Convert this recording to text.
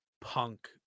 Punk